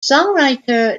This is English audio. songwriter